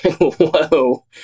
whoa